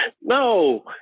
no